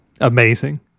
amazing